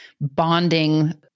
bonding